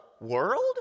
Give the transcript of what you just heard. world